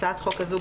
הצעת החוק הזו,